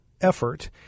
effort